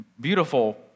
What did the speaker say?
beautiful